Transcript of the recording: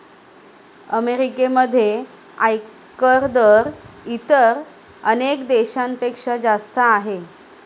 अमेरिकेमध्ये आयकर दर इतर अनेक देशांपेक्षा जास्त आहे